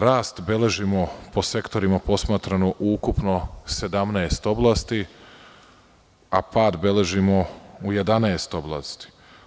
Rast beležimo po sektorima, posmatrano ukupno 17 oblasti, a pad beležimo u 11 oblasti.